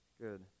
Good